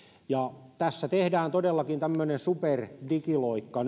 ja tässä tehdään nyt todellakin tämmöinen superdigiloikka